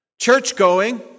church-going